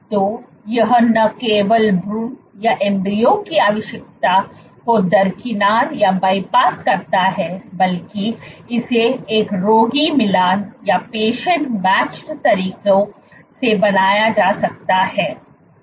तो यह न केवल भ्रूण की आवश्यकता को दरकिनार करता है बल्कि इसे एक रोगी मिलान तरीके से बनाया जा सकता है